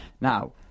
now